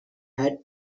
had